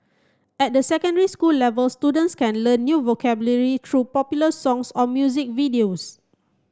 at the secondary school level students can learn new vocabulary through popular songs or music videos